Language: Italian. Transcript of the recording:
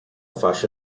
fascia